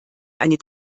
eine